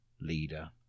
leader